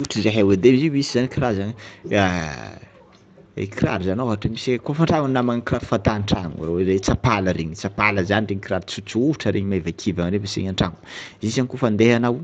Ohatra zahay edy e misy zany karazagna kiraro zany ôhatra kôfa an-tragno anao magnano kiraro fata an-tragno regny tsapala regny, tsapala zany regny kiraro tsôtsôtra regny maivankivagna regny an-tragno isegny izy ihany kôfa handeha anao